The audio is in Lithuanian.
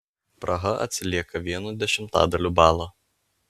praha atsilieka vienu dešimtadaliu balo